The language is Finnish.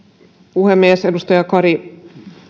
puhemies edustaja kari